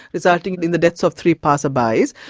resulting in the deaths of three passer-bys.